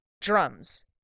drums